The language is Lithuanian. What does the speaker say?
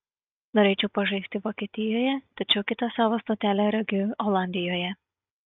norėčiau pažaisti vokietijoje tačiau kitą savo stotelę regiu olandijoje